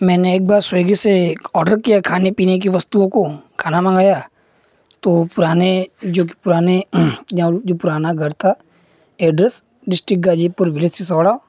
मैने एक बार स्विगी से ओडर किया खाने पीने की वस्तु को खाना मंगाया तो पुराने जो कि पुराने जो पुराना घर था एड्रेस डिस्ट्रिक गाजीपुर गृह सिसौड़ा